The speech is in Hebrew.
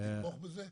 אתה תתמוך בזה?